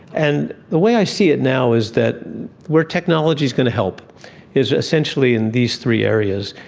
and the way i see it now is that where technology is going to help is essentially in these three areas.